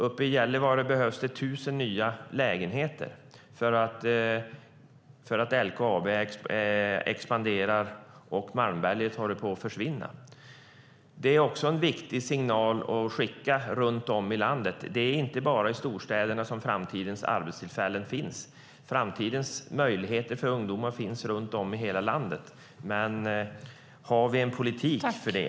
Uppe i Gällivare behövs det 1 000 nya lägenheter för att LKAB expanderar och Malmberget håller på att försvinna. Det är också en viktig signal att skicka runt om i landet att det inte bara är i storstäderna som framtidens arbetstillfällen finns. Framtidens möjligheter för ungdomar finns runt om i hela landet. Men har vi en politik för det?